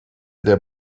der